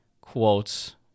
quotes